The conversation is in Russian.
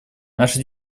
наши